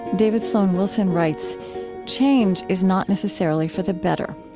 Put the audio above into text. david sloan wilson writes change is not necessarily for the better.